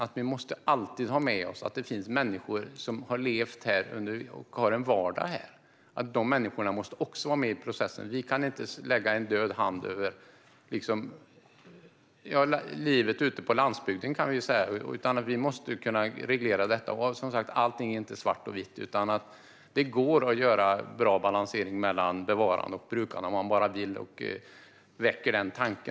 Vi måste alltid ha med oss att det finns människor som lever och har en vardag här. Dessa människor måste också vara med i processen. Vi kan inte lägga en död hand över livet på landsbygden, kan man säga, utan vi måste kunna reglera detta. Som sagt: Allt är inte svart eller vitt, utan det går att ha en bra balans mellan bevarande och brukande om man bara vill och väcker den tanken.